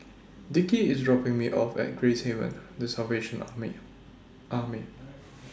Dickie IS dropping Me off At Gracehaven The Salvation Army